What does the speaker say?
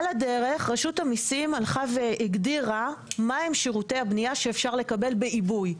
על הדרך רשות המיסים הגדירה מהם שירותי הבנייה שאפשר לקבל בעיבוי,